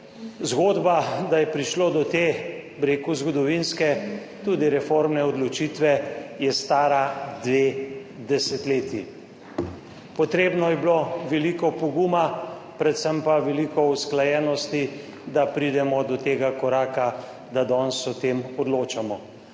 Zgodba, da je prišlo do te, bi rekel, zgodovinske, tudi reformne odločitve, je stara dve desetletji. Potrebno je bilo veliko poguma predvsem pa veliko usklajenosti, da pridemo do tega koraka, da danes o tem odločamo.